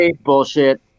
bullshit